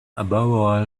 above